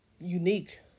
unique